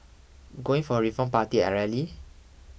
going for a Reform Party rally